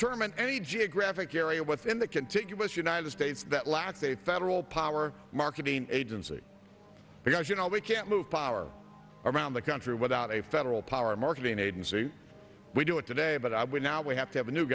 determined any geographic area within the contiguous united states that lacks a federal power marketing agency because you know we can't move power around the country without a federal power marketing agency we do it today but i will now we have to have a new